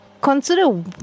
Consider